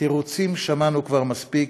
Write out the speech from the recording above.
תירוצים שמענו כבר מספיק,